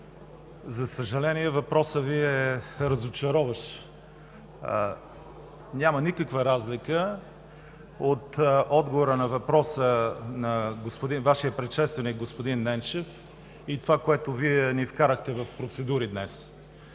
за съжаление, отговорът Ви е разочароващ. Няма никаква разлика от отговора на въпроса на господин Вашия предшественик – господин Ненчев, и това e, с което Вие ни вкарахте в процедури днес,